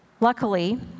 Luckily